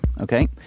okay